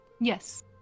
Yes